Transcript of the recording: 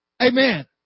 Amen